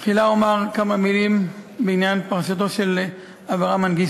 תחילה אומר כמה מילים בעניין פרשתו של אברה מנגיסטו.